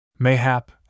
Mayhap